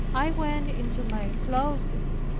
i went into my closet,